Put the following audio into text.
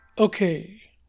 Okay